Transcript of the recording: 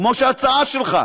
כמו ההצעה שלך,